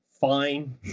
fine